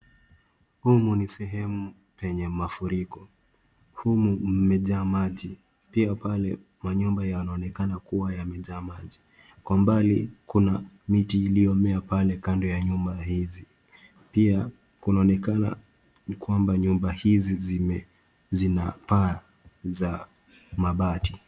Humu ni sehemu penye mafuliko humu mmejaa maji pia pale kwa nyumba yanaonekana yamejaa maji kwa mbali Kuna miti iliyomea pale kando ya nyumba hizi pia kunaonekana nyumba hizi zina paa za mabati.